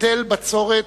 היטל הבצורת,